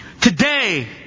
Today